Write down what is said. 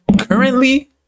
currently